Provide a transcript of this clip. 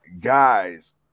guys